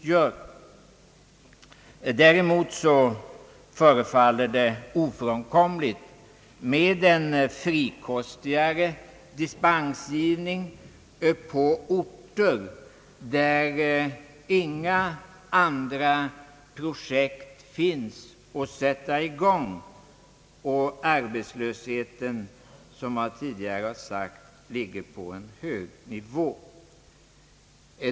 Däremot förefaller det ofrånkomligt med en frikostigare dispensgivning på orter där inga andra projekt finns att sätta igång och där arbetslösheten, som jag tidigare har sagt, ligger på en hög nivå.